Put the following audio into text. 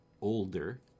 older